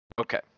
Okay